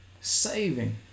Saving